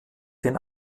den